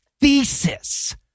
thesis